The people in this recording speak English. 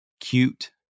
cute